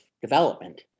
development